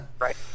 Right